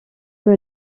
que